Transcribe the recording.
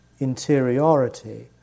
interiority